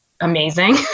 amazing